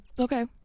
Okay